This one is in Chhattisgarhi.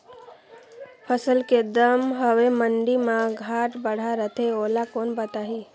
फसल के दम हवे मंडी मा घाट बढ़ा रथे ओला कोन बताही?